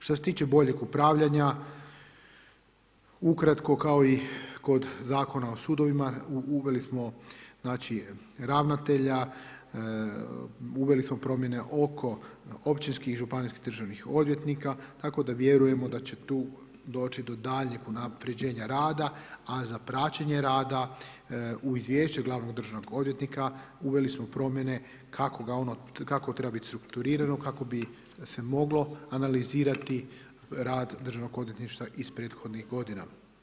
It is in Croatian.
Što se tiče boljeg upravljanja, ukratko kao i kod Zakona o sudovima, uveli smo ravnatelja, uveli smo promjene oko općinskih i županijskih državnih odvjetnika, tako da vjerujemo da će tu doći do daljnjeg unapređenja rada, a za praćenje rada u Izvješće glavnog državnog odvjetnika uveli smo promjene kako ga ono, kako treba biti strukturirano kako bi se moglo analizirati rad Državnog odvjetništva iz prethodnih godina.